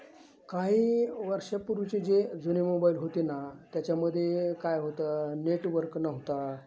काही वर्षापूर्वीचे जे जुने मोबाईल होते ना त्याच्यामध्ये काय होतं नेटवर्क नव्हता